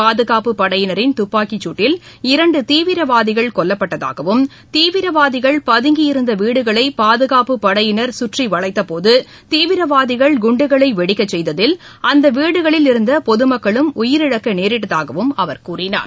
பாதுகாப்புப் படையினரின் தப்பாக்கிச்சூட்டில் இரண்டுதீவிரவாதிகள் கொல்லப்பட்டதாகவும் தீவிரவாதிகள் பதங்கியிருந்தவீடுகளைபாதகாப்புப் படையினர் சுற்றிவளைத்தபோது தீவிரவாதிகள் குண்டுகளைவெடிக்கச் செய்ததில் அந்தவீடுகளில் இருந்தபொதுமக்களும் உயிரிழக்கநேரிட்டதாகவும் அவர் கூறினார்